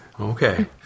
Okay